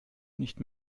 nicht